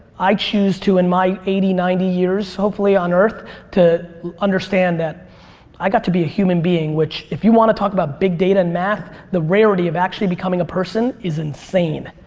i choose to in my eighty, ninety years hopefully on earth to understand that i got to be a human being which if you want to talk about big data and math the rarity of actually becoming a person is insane.